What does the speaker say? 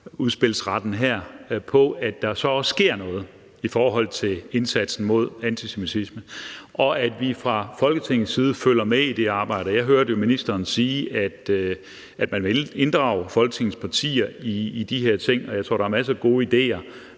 udspilsretten her, for at der så også sker noget i forhold til indsatsen mod antisemitisme, og at vi fra Folketingets side følger med i det arbejde. Jeg hørte ministeren sige, at man vil inddrage Folketingets partier i de her ting, og jeg tror, der er masser af gode ideer.